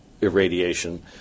irradiation